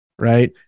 right